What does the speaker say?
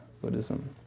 Buddhism